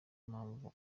mpamvu